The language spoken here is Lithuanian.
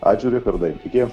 ačiū richardai iki